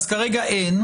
הבנתי, אז כרגע אין.